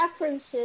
references